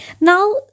Now